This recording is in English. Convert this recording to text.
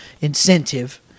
incentive